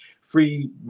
free